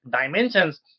dimensions